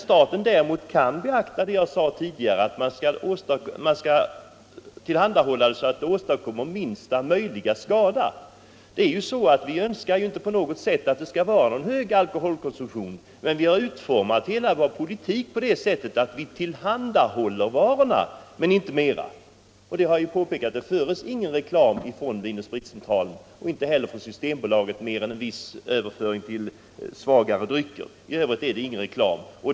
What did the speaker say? Staten däremot kan beakta, som jag sade tidigare, att man skall tillhandahålla varan så att den åstadkommer minsta möjliga skada. Vi önskar ju inte på något sätt att det skall vara en hög alkoholkonsumtion, och vi har utformat hela vår politik så att man tillhandahåller varorna men inte mer. Det har påpekats att det inte görs någon reklam från Vin & Spritcentralen och inte heller från Systembolaget mer än så att det skall bli en överföring till svagare drycker.